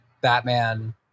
Batman